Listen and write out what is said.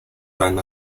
tan